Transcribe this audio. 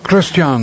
Christian